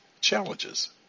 challenges